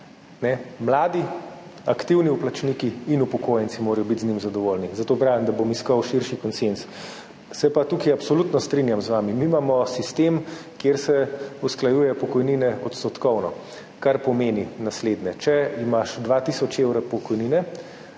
Mladi, aktivni vplačniki in upokojenci morajo biti z njim zadovoljni, zato pravim, da bom iskal širši konsenz. Se pa tukaj absolutno strinjam z vami. Mi imamo sistem, kjer se pokojnine usklajuje odstotkovno, kar pomeni naslednje. Če imaš dva tisoč evrov pokojnine